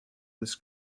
this